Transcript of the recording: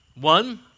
One